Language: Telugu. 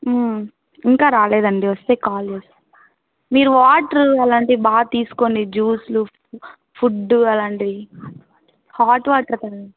ఇంకా రాలేదండి వస్తే కాల్ చేస్తాను మీరు వాటరు అలాంటివి బాగా తీసుకోండి జ్యూస్లు ఫుడ్డు అలాంటివి హాట్ వాటర్ తాగండి